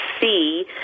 see